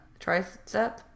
tricep